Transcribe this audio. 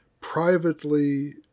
privately